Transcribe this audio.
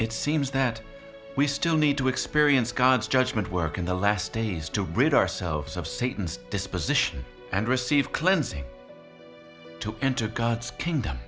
it seems that we still need to experience god's judgment work in the last days to rid ourselves of satan's disposition and receive cleansing to enter god's kingdom